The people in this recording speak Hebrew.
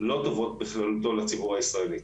לא טובות בכללותן לציבור הישראלי.